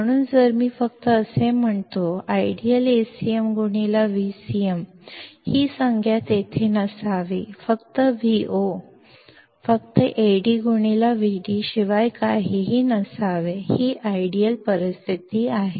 म्हणून जर मी फक्त असे म्हणतो आदर्शतः AcmVcm ही संज्ञा तेथे नसावी आणि Vo फक्त AdVd शिवाय काहीही नसावे ही आदर्श परिस्थिती आहे